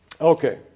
Okay